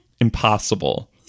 Impossible